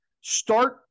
start